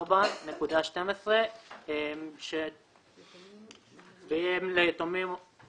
1,204.12 --- והיא אם ליתום או ליתומים